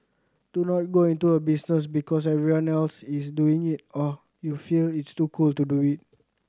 do not go into a business because everyone else is doing it or you feel it's too cool to do it